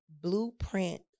blueprint